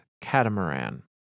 Catamaran